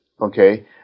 Okay